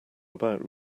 about